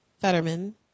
Fetterman